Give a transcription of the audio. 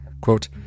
Quote